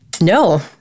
No